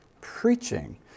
preaching